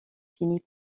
finit